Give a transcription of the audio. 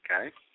Okay